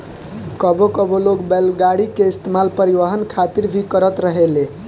कबो कबो लोग बैलगाड़ी के इस्तेमाल परिवहन खातिर भी करत रहेले